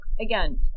again